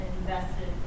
invested